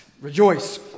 Rejoice